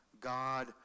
God